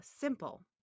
simple